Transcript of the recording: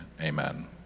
Amen